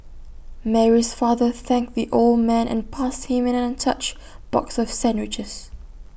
Mary's father thanked the old man and passed him an untouched box of sandwiches